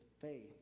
faith